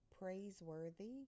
Praiseworthy